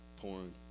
porn